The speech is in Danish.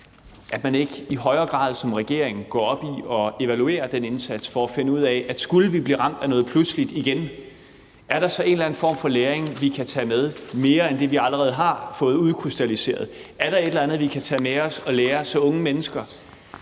at man ikke i højere grad som regering går op i at evaluere den indsats for at finde ud af, at skulle vi blive ramt af noget pludseligt igen, er der så en eller anden form for læring, vi kan tage med, mere end det, vi allerede har fået udkrystalliseret. Er der et eller andet, vi kan tage med os og lære, så unge mennesker